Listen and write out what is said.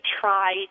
try